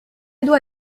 doit